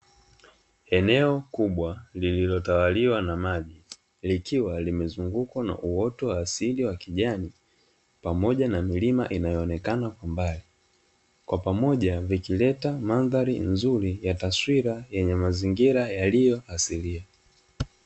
Eneo kubwa lililotawaliwa na maji likiwa limezungukwa na uoto wa asili wa kijani pamoja na milima inayoonekana kwa mbali kwa pamoja vikileta mandhari nzuri ya taswira yenye mazingira yaliyo asilia.